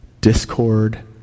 discord